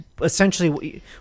essentially